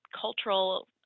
cultural